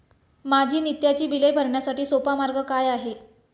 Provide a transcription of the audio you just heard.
माझी नित्याची बिले भरण्यासाठी सोपा मार्ग काय आहे?